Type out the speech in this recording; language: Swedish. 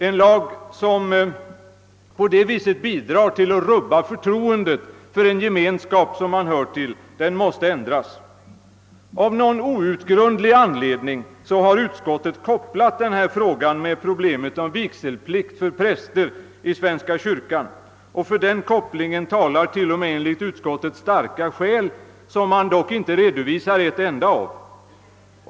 En lag som på det sättet bidrar till att rubba förtroendet för en gemenskap som man hör till måste ändras. Av någon outgrundlig anledning har utskottet kopplat denna fråga med problemet om vigselplikt för präster i svenska kyrkan. För den kopplingen talar t.o.m., enligt utskottet, starka skäl, av vilka man dock inte redovisar ett enda.